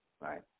right